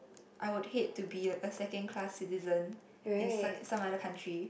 I would hate to be a a second class citizen in some some other country